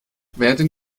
werden